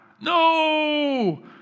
no